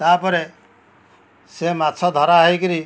ତା'ପରେ ସେ ମାଛ ଧରା ହେଇକରି